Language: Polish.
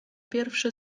pierwszy